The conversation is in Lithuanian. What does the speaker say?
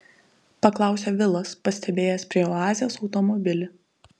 paklausė vilas pastebėjęs prie oazės automobilį